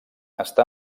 està